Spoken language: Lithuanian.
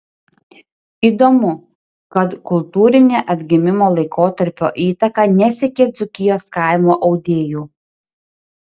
įdomu kad kultūrinė atgimimo laikotarpio įtaka nesiekė dzūkijos kaimo audėjų